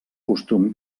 costum